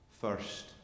first